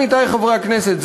עמיתי חברי הכנסת,